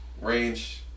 range